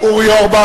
אורי אורבך,